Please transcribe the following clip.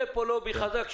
יהיה פה לובי חזק,